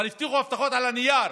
אבל הבטיחו הבטחות על הנייר,